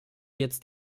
jetzt